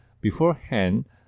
beforehand